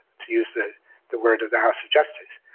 to use the the word of the house of justice.